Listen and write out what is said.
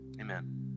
Amen